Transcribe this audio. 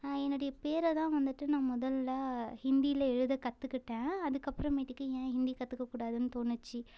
என்னுடைய பேரை தான் வந்துவிட்டு நான் முதலில் ஹிந்தியில எழுத கற்றுக்கிட்டேன் அதுக்கப்பறமேட்டுக்கு ஏன் ஹிந்தி கற்றுக்கக் கூடாதுன்னு தோணுச்சு